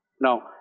Now